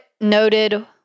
noted